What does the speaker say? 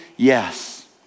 Yes